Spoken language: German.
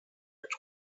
mit